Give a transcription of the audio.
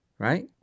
Right